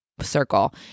circle